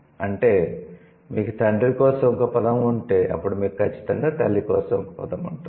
అంటే మీకు 'తండ్రి' కోసం ఒక పదం ఉంటే అప్పుడు మీకు ఖచ్చితంగా 'తల్లి' కోసం ఒక పదం ఉంటుంది